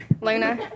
Luna